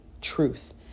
truth